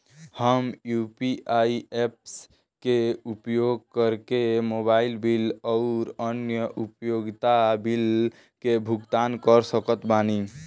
हम UPI apps के उपयोग करके मोबाइल बिल आउर अन्य उपयोगिता बिलन के भुगतान कर सकत बानी